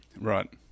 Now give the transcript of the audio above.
Right